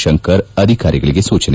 ಶಂಕರ್ ಅಧಿಕಾರಿಗಳಿಗೆ ಸೂಚನೆ